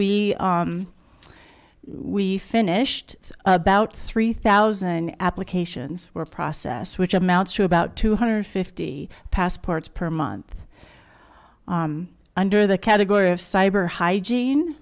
we we finished about three thousand applications were process which amounts to about two hundred fifty passports per month under the category of cyber hygiene